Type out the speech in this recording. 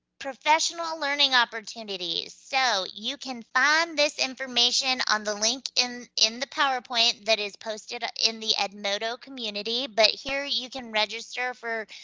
professional learning opportunities. so you can find this information on the link in in the powerpoint that is posted in the edmodo community, but here you can register for,